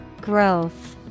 Growth